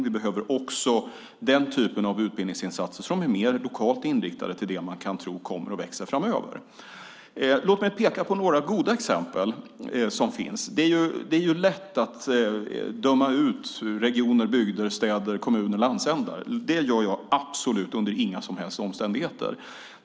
Vi behöver också den typen av utbildningsinsatser som är mer lokalt inriktade på det man kan tro kommer att växa framöver. Låt mig peka på några goda exempel som finns. Det är lätt att döma ut regioner, bygder, städer, kommuner och landsändar, men det gör jag absolut inte under några som helst omständigheter.